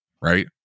right